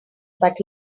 but